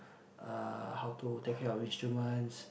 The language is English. uh how to take care of instruments